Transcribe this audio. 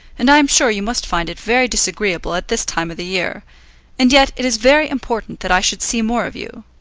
and i am sure you must find it very disagreeable at this time of the year and yet it is very important that i should see more of you.